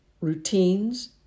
routines